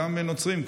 גם נוצרים.